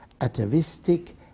atavistic